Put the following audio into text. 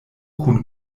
kun